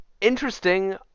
Interesting